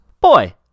Boy